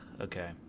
Okay